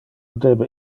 debe